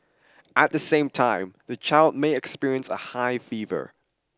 at the same time the child may experience a high fever